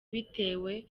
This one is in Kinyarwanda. bitewe